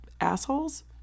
assholes